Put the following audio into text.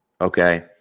Okay